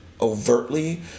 overtly